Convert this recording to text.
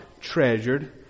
treasured